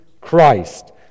Christ